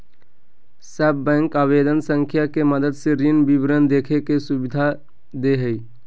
सब बैंक आवेदन संख्या के मदद से ऋण विवरण देखे के सुविधा दे हइ